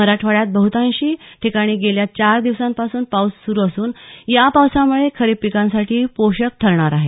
मराठवाड्यात बहुतांश ठिकाणी गेल्या चार दिवसांपासून पाऊस सुरू असून हा पाऊस खरीप पिकांसाठी पोषक ठरणार आहे